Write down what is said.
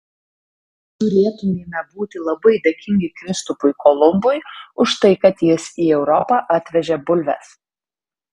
turėtumėme būti labai dėkingi kristupui kolumbui už tai kad jis į europą atvežė bulves